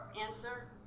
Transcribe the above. Answer